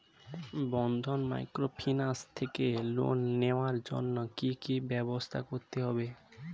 বন্ধন microfinance থেকে loan নেওয়ার জন্য কি কি ব্যবস্থা করতে হবে?